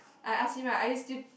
I asked him ah are you still